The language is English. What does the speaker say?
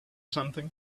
something